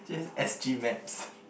just s_g maps